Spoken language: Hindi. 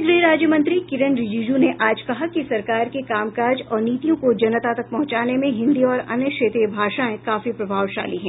गृह राज्य मंत्री किरेन रिजीजू ने आज कहा कि सरकार के काम काज और नीतियों को जनता तक पहुंचाने में हिन्दी और अन्य क्षेत्रीय भाषाएं काफी प्रभावशाली है